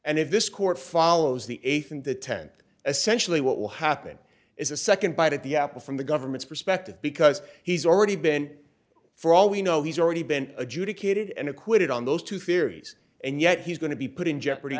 and if this court follows the eighth and the tenth essentially what will happen is a second bite at the apple from the government's perspective because he's already been for all we know he's already been adjudicated and acquitted on those two theories and yet he's going to be put in jeopardy